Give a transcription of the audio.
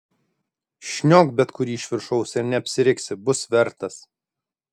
šniok bet kurį iš viršaus ir neapsiriksi bus vertas